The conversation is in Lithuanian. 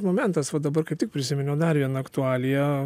momentas va dabar kaip tik prisiminiau dar viena aktualija